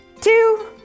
two